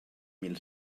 mil